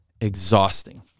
exhausting